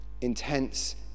intense